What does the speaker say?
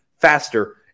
faster